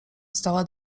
stała